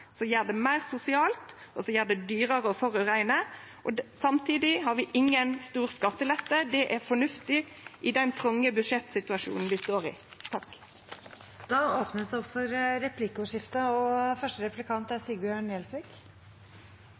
som gjer det meir sosialt, og som gjer det dyrare å forureine. Samtidig har vi ingen stor skattelette. Det er fornuftig i den tronge budsjettsituasjonen vi står i. Det blir replikkordskifte. Et av de mantraene som har kommet fra den nye flertallsregjeringen, er